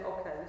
okay